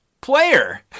player